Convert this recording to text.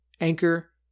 Anchor